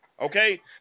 Okay